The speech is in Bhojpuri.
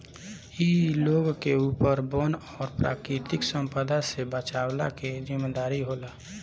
इ लोग के ऊपर वन और प्राकृतिक संपदा से बचवला के जिम्मेदारी होला